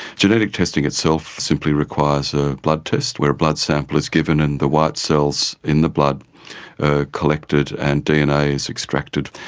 genetic testing itself simply requires a blood test where a blood sample is given and the white cells in the blood ah collected and dna is extracted,